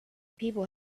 people